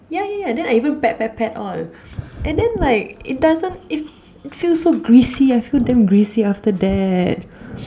yeah yeah yeah then I even pat pat pat all and then like it doesn't it it feels so greasy I feel damn greasy after that